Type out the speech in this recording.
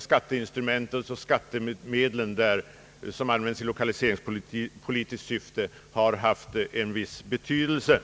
skatteinstrument och skattemedel som används i lokaliseringspolitiskt syfte har haft en viss betydelse.